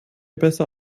besser